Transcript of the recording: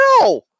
No